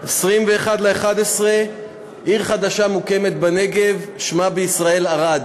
21 בנובמבר, עיר חדשה מוקמת בנגב, שמה בישראל ערד.